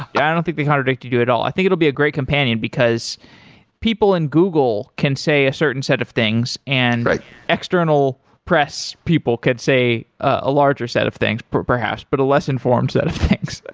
i don't think they contradicted you at all. i think it will be a great companion, because people in google can say a certain set of things and external press people could say a larger set of things perhaps, but a lesson form set of things.